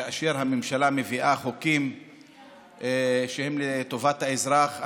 כאשר הממשלה מביאה חוקים שהם לטובת האזרח,